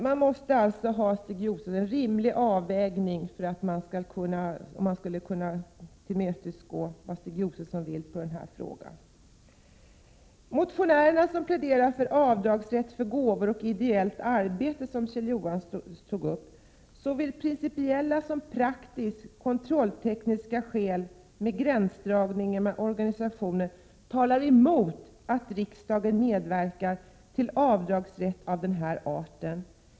Man måste alltså, Stig Josefson, göra en rimlig avvägning när det gäller att tillmötesgå era önskemål på det här området. Några motionärer pläderar för rätt till avdrag för gåvor och ideellt arbete. Bl.a. Kjell Johansson tog upp detta. Såväl principiella som praktiska kontrolltekniska skäl med gränsdragning mellan organisationer talar emot att riksdagen medverkar till avdragsrätt av den arten.